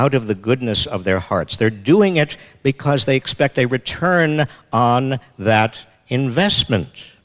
out of the goodness of their hearts they're doing it because they expect a return on that investment